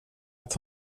att